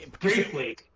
Briefly